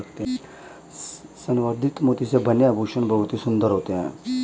संवर्धित मोती से बने आभूषण बहुत ही सुंदर लगते हैं